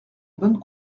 bonnes